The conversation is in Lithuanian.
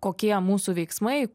kokie mūsų veiksmai